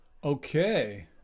Okay